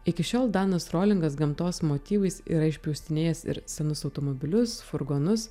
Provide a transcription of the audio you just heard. iki šiol danas rolingas gamtos motyvais yra išpjaustinėjęs ir senus automobilius furgonus